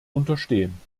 unterstehen